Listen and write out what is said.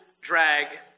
drag